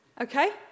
Okay